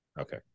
Okay